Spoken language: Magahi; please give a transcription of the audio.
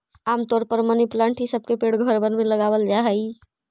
आम तौर पर मनी प्लांट ई सब के पेड़ घरबन में लगाबल जा हई